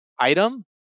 item